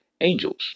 angels